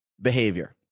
behavior